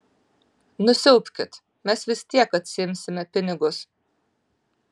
nusiaubkit mes vis tiek atsiimsime pinigus